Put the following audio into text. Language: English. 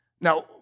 Now